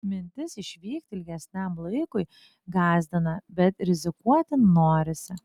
mintis išvykti ilgesniam laikui gąsdina bet rizikuoti norisi